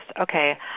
Okay